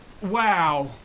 wow